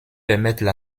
permettent